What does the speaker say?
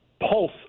pulse